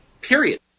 period